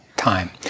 time